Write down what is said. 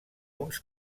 uns